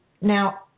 Now